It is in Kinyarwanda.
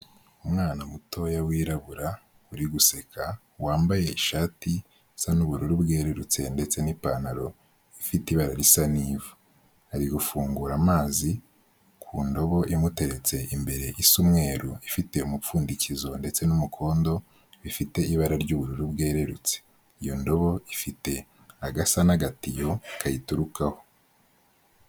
Umwana mutoya wirabura uri guseka wambaye ishati isa n'ubururu bwerurutse ndetse n'ipantaro ifite ibara risa n'ivu, ari gufungura amazi ku ndobo imuteretse imbere isa umweruru ifite umupfundikizo ndetse n'umukondo bifite ibara ry'ubururu bwerurutse, iyo ndobo ifite agasa n'agateyo kayiturukaho.